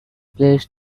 plates